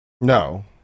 No